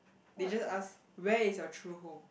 they just ask where is your true home